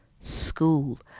school